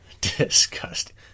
Disgusting